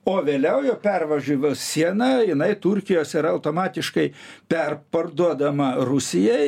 o vėliau jau pervažiavus sieną jinai turkijos yra automatiškai perparduodama rusijai